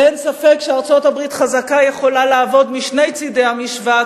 אין ספק שארצות-הברית חזקה יכולה לעבוד משני צדי המשוואה,